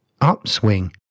upswing